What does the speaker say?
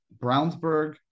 Brownsburg